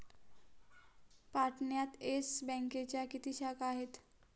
पाटण्यात येस बँकेच्या किती शाखा आहेत?